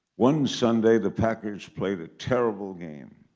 one sunday the packers played a terrible game.